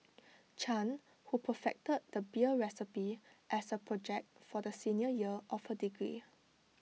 chan who perfected the beer recipe as A project for the senior year of her degree